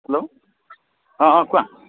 hello অঁ অঁ কোৱা